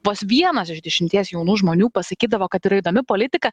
vos vienas iš dešimties jaunų žmonių pasakydavo kad yra įdomi politika